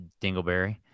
Dingleberry